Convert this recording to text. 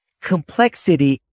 complexity